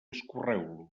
escorreu